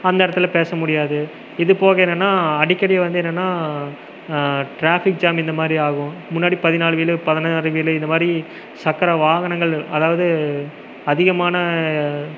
அந்த இடத்துல பேச முடியாது இதுப்போக என்னன்னா அடிக்கடி வந்து என்னன்னா ட்ராஃபிக்ஜாம் இந்தமாதிரி ஆகும் முன்னாடி பதினாலு வீலு பதினாறு வீலு இந்தமாதிரி சக்கர வாகனங்கள் அதாவது அதிகமான